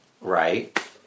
Right